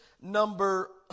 number